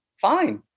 fine